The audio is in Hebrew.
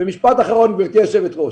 משפט אחרון גברתי היושבת ראש.